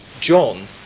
John